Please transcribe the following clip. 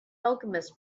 alchemist